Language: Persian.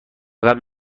قبل